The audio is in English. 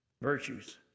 virtues